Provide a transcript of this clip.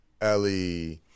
Ellie